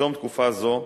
בתום תקופה זו,